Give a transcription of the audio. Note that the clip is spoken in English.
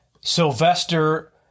Sylvester